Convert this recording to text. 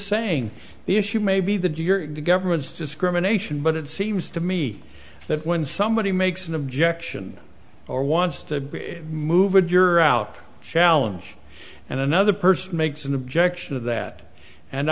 saying the issue may be that your government's discrimination but it seems to me that when somebody makes an objection or wants to move a juror out challenge and another person makes an objection to that and